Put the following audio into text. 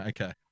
Okay